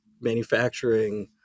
manufacturing